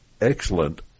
excellent